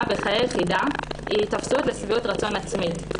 בחיי יחידה היא היתפסות לשביעות רצון עצמית.